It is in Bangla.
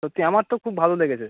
সত্যি আমার তো খুব ভালো লেগেছে